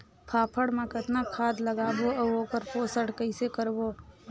फाफण मा कतना खाद लगाबो अउ ओकर पोषण कइसे करबो?